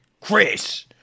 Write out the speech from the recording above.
Chris